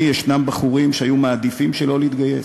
ישנם בחורים שהיו מעדיפים שלא להתגייס.